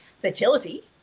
fertility